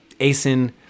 ASIN